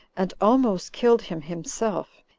and almost killed him himself,